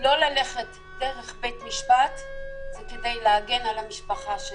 לא ללכת דרך בית משפט היא כדי להגן על המשפחה שלי,